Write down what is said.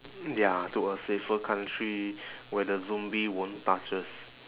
ya to a safer country where the zombie won't touch us